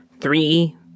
Three